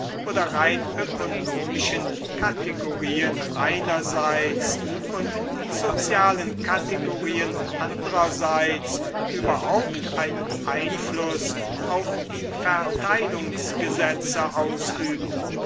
oder rein ökonomischen kategorien einerseits und die sozialen kategorien andrerseits überhaupt einen einfluß auf die verteilungsgesetze ausüben